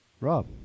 Rob